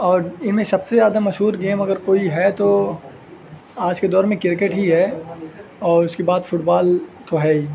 اور ان میں سب سے زیادہ مشہور گیم اگر کوئی ہے تو آج کے دور میں کرکٹ ہی ہے اور اس کے بعد فٹ بال تو ہے ہی